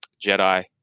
Jedi